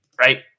right